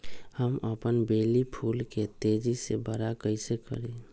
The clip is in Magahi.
हम अपन बेली फुल के तेज़ी से बरा कईसे करी?